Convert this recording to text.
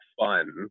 fun